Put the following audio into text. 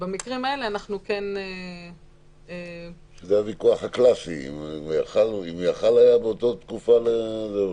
זה הוויכוח הקלסי אם הוא יכול היה באותה תקופה או לא.